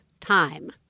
time